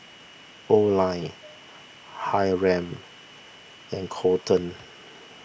Oline Hiram and Coleton